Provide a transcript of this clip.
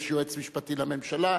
יש יועץ משפטי לממשלה,